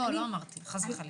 לא אמרתי את זה, חס וחלילה.